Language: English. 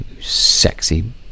sexy